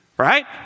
right